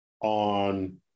on